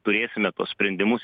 turėsime tuos sprendimus